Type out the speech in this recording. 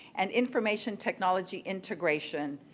and information technology integration.